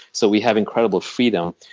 so we have incredible freedom.